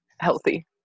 healthy